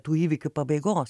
tų įvykių pabaigos